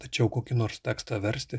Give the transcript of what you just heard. tačiau kokį nors tekstą versti